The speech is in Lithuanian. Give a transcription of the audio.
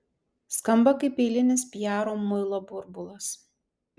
skamba kaip eilinis piaro muilo burbulas